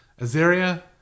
Azaria